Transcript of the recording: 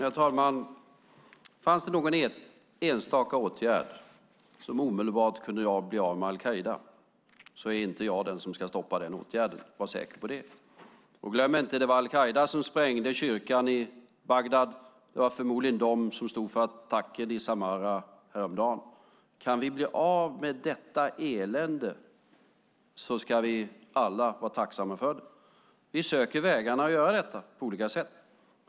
Herr talman! Fanns det någon enstaka åtgärd som omedelbart kunde göra att vi blev av med al-Qaida skulle det inte var jag som stoppade den åtgärden, var säker på det. Glöm inte att det var al-Qaida som sprängde kyrkan i Bagdad. Det var förmodligen de som stod för attacken i Samara häromdagen. Kan vi bli av med detta elände ska vi alla vara tacksamma för det. Vi söker vägar för att göra detta på olika sätt.